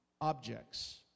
objects